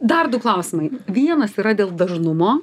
dar du klausimai vienas yra dėl dažnumo